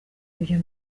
ibyo